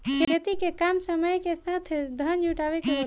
खेती के काम समय के साथ धन जुटावे के होला